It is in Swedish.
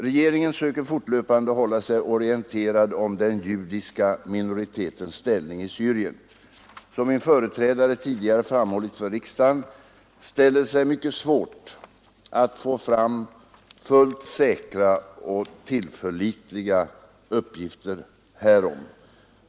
Regeringen söker fortlöpande hålla sig orienterad om den judiska minoritetens ställning i Syrien. Som min företrädare tidigare fram hållit för riksdagen ställer det sig mycket svårt att få fram fullt säkra och tillförlitliga uppgifter härom.